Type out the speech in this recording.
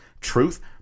truth